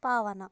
ಪಾವನ